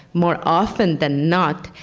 more often than not,